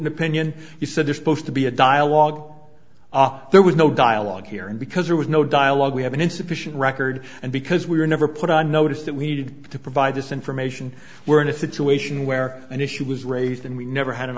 an opinion you said are supposed to be a dialogue there was no dialogue here and because there was no dialogue we have an insufficient record and because we were never put on notice that we needed to provide this information we're in a situation where an issue was raised and we never had an